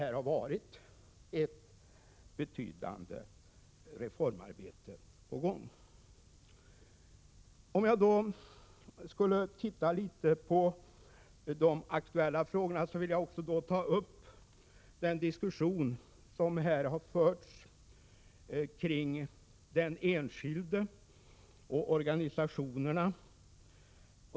Här har alltså förekommit ett betydande reformarbete. För att sedan beröra de aktuella frågorna vill jag ta upp den diskussion som förts kring den enskilde och organisationerna.